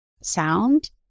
sound